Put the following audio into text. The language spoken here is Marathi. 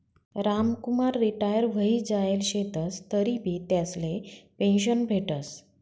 रामकुमार रिटायर व्हयी जायेल शेतंस तरीबी त्यासले पेंशन भेटस